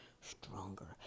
stronger